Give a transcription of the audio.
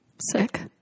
Sick